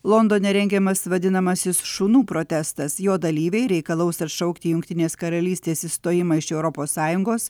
londone rengiamas vadinamasis šunų protestas jo dalyviai reikalaus atšaukti jungtinės karalystės išstojimą iš europos sąjungos